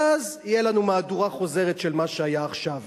ואז תהיה לנו מהדורה חוזרת של מה שהיה עכשיו.